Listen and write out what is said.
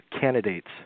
candidates